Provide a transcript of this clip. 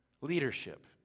Leadership